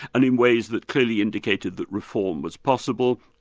and in ways that clearly indicated that reform was possible.